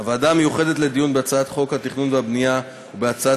הוועדה המיוחדת לדיון בהצעת חוק התכנון והבנייה ובהצעת